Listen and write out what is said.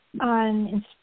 on